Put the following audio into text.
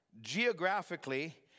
geographically